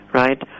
right